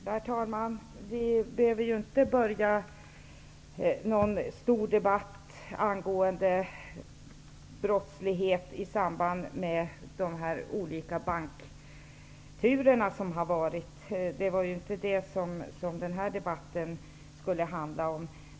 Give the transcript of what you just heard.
Herr talman! Vi behöver inte påbörja någon stor debatt angående brottslighet i samband med de olika bankturer som har varit. Det var ju inte det som den här debatten skulle handla om.